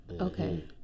Okay